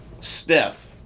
Steph